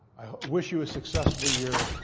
wish you a successful year.